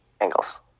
angles